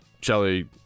shelly